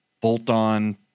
bolt-on